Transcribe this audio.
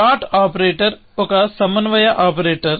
dot operator ఒక సమన్వయ operator